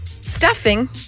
stuffing